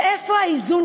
ואיפה האיזון,